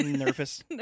Nervous